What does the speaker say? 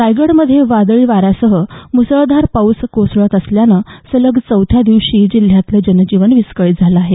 रायगडमध्ये वादळी वाऱ्यासह मुसळधार पाऊस कोसळत असल्यानं सलग चौथ्या दिवशी जिल्ह्यातलं जनजीवन विस्कळीत झालेलं आहे